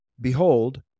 Behold